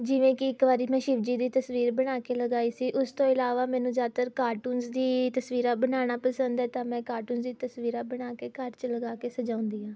ਜਿਵੇਂ ਕਿ ਇੱਕ ਵਾਰੀ ਮੈਂ ਸ਼ਿਵ ਜੀ ਦੀ ਤਸਵੀਰ ਬਣਾ ਕੇ ਲਗਾਈ ਸੀ ਉਸ ਤੋਂ ਇਲਾਵਾ ਮੈਨੂੰ ਜ਼ਿਆਦਾਤਰ ਕਾਰਟੂਨਜ਼ ਦੀ ਤਸਵੀਰਾਂ ਬਣਾਉਣਾ ਪਸੰਦ ਹੈ ਤਾਂ ਮੈਂ ਕਾਰਟੂਨ ਦੀ ਤਸਵੀਰਾਂ ਬਣਾ ਕੇ ਘਰ 'ਚ ਲਗਾ ਕੇ ਸਜਾਉਂਦੀ ਹਾਂ